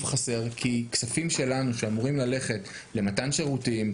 חסר כי כספים שלנו שאמורים ללכת למתן שירותים,